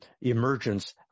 emergence